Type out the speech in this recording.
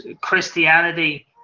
Christianity